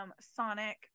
Sonic